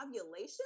ovulation